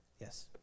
yes